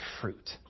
fruit